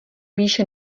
výše